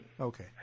Okay